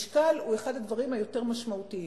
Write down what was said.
משקל הוא אחד הדברים היותר משמעותיים.